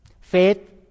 faith